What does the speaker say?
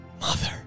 Mother